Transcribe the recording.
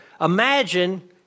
Imagine